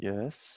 Yes